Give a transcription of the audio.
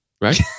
right